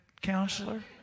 counselor